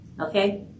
Okay